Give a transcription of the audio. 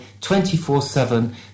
24-7